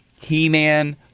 He-Man